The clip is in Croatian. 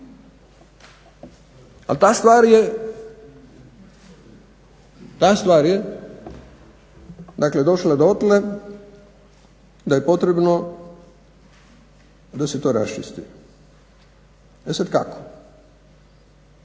Ali ta stvar je dakle došla dotle da je potrebno da se to raščisti. E sad, kako?